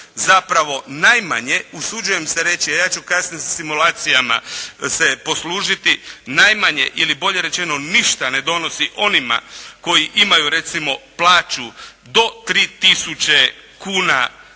zapravo najmanje, usuđujem se reći, a ja ću kasnije sa stimulacijama se poslužiti, najmanje ili bolje rečeno ništa ne donosi onima koji imaju, recimo plaću do 3 tisuće kuna